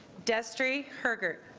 desiree kircher